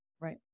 Right